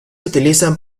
utilizan